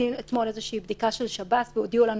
אתמול הייתה בדיקה של שב"ס והודיעו לנו